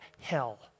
hell